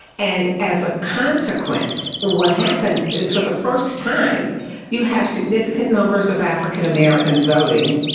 and as a consequence, what happens is for the first time you have significant numbers of african americans voting,